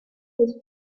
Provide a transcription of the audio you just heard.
his